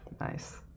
nice